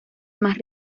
más